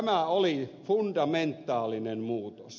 tämä oli fundamentaalinen muutos